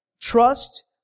Trust